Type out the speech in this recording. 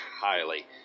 highly